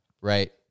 right